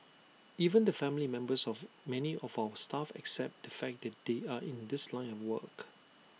even the family members of many of our staff accept the fact that they are in this line and work